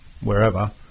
wherever